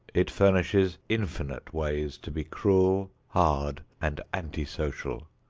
it furnishes infinite ways to be cruel, hard and anti-social.